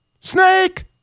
snake